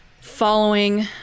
following